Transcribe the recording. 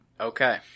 Okay